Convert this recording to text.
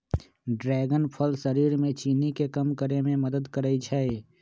dragon फल शरीर में चीनी के कम करे में मदद करई छई